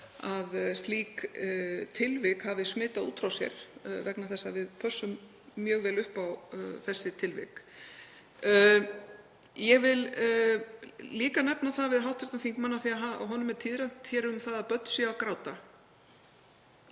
að slík tilvik hafi smitað út frá sér vegna þess að við pössum mjög vel upp á þessi tilvik. Ég vil líka nefna það við hv. þingmann, af því að honum verður tíðrætt hér um það að börn séu að gráta,